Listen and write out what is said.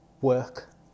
work